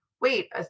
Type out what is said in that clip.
wait